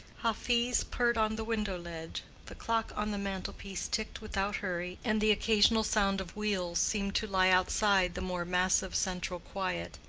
hafiz purred on the window-ledge, the clock on the mantle-piece ticked without hurry, and the occasional sound of wheels seemed to lie outside the more massive central quiet.